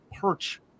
perch